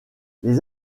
les